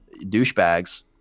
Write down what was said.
douchebags